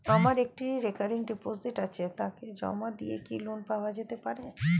আমার একটি recurring deposit আছে তাকে জমা দিয়ে কি লোন পাওয়া যেতে পারে?